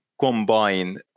combine